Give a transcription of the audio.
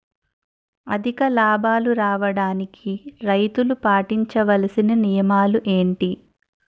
అధిక లాభాలు రావడానికి రైతులు పాటించవలిసిన నియమాలు ఏంటి